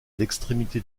l’extrémité